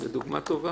זאת דוגמה טובה.